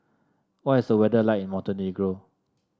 what is the weather like in Montenegro